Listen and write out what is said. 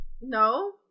No